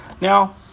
Now